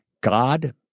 God